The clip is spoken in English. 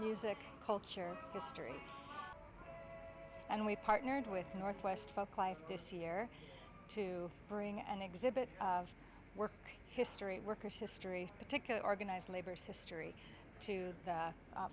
music culture history and we partnered with northwest folklife this year to bring an exhibit of work history workers history particular organized labor history to